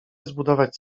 zbudować